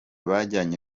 bajyanye